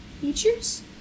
features